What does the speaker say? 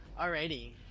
Alrighty